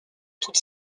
toute